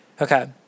Okay